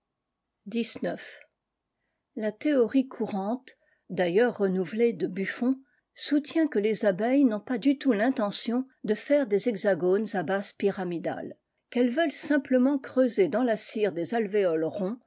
la théorie courante d'ailleurs renouvelée de buffon soutient que les abeilles n'ont pas du tout l'intention de faire des hexagones à base pyramidale qu'elles veulent simplement creuser dans la cire des